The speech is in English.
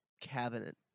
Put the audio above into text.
cabinet